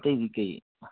ꯑꯇꯩꯗꯤ ꯀꯔꯤ